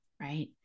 Right